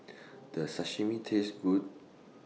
Does Sashimi Taste Good